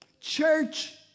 church